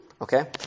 Okay